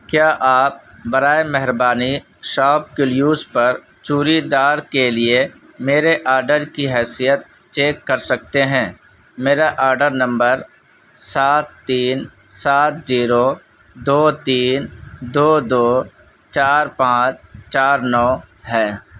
کیا آپ برائے مہربانی شاپ کلیوز پر چوڑیدار کے لیے میرے آرڈر کی حیثیت چیک کر سکتے ہیں میرا آرڈر نمبر سات تین سات زیرو دو تین دو دو چار پانچ چار نو ہے